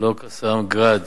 לא "קסאם", "גראד"